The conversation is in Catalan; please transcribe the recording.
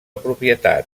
propietat